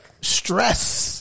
stress